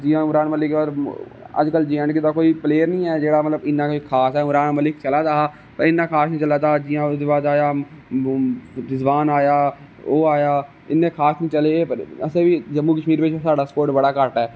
जियां उमरान मलिक हा अजकल जे एंड के दा कोई प्लेयर नेई है जेहड़ा मतलब इना खास ऐ उमरान मलिक चला दा हा पर इना खास नेई हा चला दा जिया ओहदे बाद आया रिजबान आया ओह आया इने खास नेी चले पर आसेबी जम्मू कशमीर बिच साढ़ा स्पोट बडा घट्ट ऐ